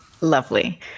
Lovely